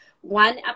one